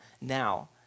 now